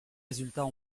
résultats